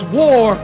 war